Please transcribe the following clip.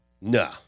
No